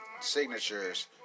signatures